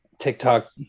tiktok